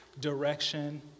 direction